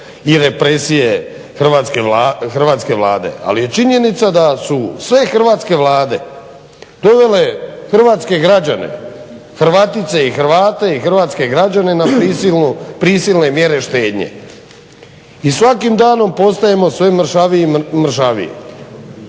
i represije hrvatske Vlade. Ali je činjenica da su sve hrvatske Vlade dovele hrvatske građane Hrvatice i Hrvate i hrvatske građane na prisilne mjere štednje. I svakim danom postajemo sve mršaviji i mršaviji,